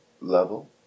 level